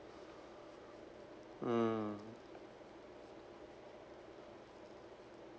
mm